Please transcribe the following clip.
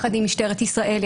יחד עם משטרת ישראל,